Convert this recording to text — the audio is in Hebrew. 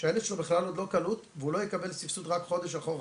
שהילד שלו עוד בכלל לא קלוט והוא לא יקבל סבסוד רק חודש אחורה